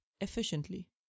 efficiently